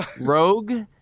Rogue